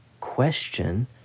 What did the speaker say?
question